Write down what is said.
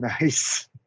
Nice